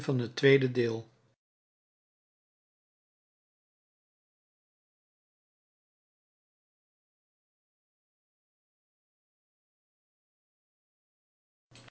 het tweede de